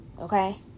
okay